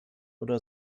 oder